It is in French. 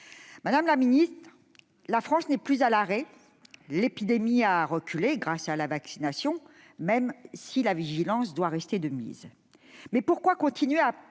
Madame la ministre, la France n'est plus à l'arrêt, l'épidémie a reculé grâce à la vaccination, même si la vigilance doit rester de mise. Pourquoi, dans ces